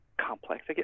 complex